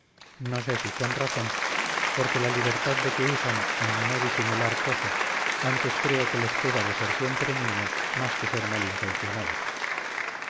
no sé si con razón porque la libertad de que usan en no disimular cosa antes creo que les queda de ser siempre niños más que ser mal intencionados